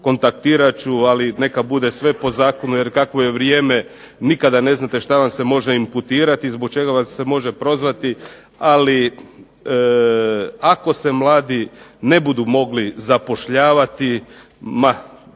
kontaktirat ću ali neka bude sve po zakonu. Jer kakvo je vrijeme nikada ne znate što vam se može imputirati i zbog čega vas se može prozvati. Ali ako se mladi ne budu mogli zapošljavati,